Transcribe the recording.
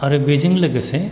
आरो बेजों लोगोसे